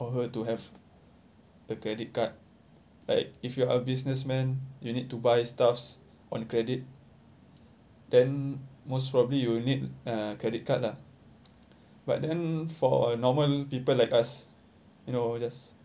or her to have a credit card like if you are a businessman you need to buy stuffs on credit then most probably you will need a credit card lah but then for a normal people like us you know just